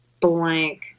blank